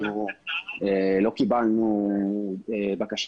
אנחנו לא קיבלנו בקשה